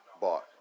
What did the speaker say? bought